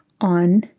on